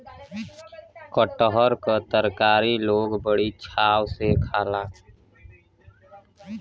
कटहर क तरकारी लोग बड़ी चाव से खाला